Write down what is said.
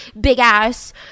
big-ass